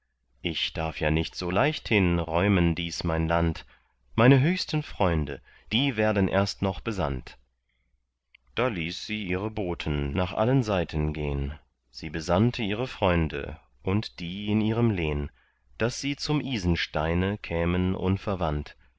ich darf ja nicht so leichthin räumen dies mein land meine höchsten freunde die werden erst noch besandt da ließ sie ihre boten nach allen seiten gehn sie besandte ihre freunde und die in ihrem lehn daß sie zum isensteine kämen unverwandt